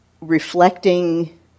reflecting